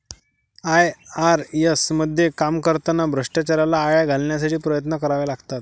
IRS मध्ये काम करताना भ्रष्टाचाराला आळा घालण्यासाठी प्रयत्न करावे लागतात